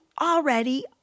already